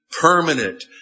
permanent